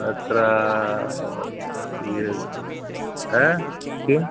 अत्र कियद् अ किम्